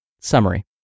Summary